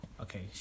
Okay